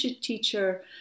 teacher